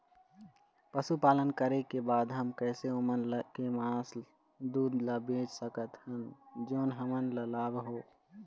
पशुपालन करें के बाद हम कैसे ओमन के मास, दूध ला बेच सकत हन जोन हमन ला लाभ हो?